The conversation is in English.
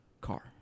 car